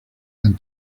and